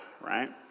right